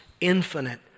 infinite